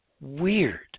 weird